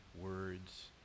words